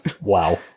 Wow